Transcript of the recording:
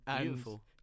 Beautiful